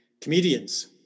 comedians